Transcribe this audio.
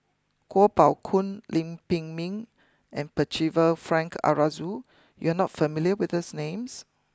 Kuo Pao Kun Lim Pin Min and Percival Frank Aroozoo you are not familiar with these names